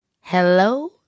hello